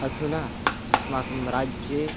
अधुना अस्माकं राज्ये